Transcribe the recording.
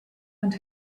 and